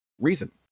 reason